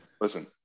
Listen